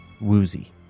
woozy